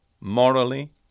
morally